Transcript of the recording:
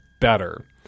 better